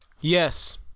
Yes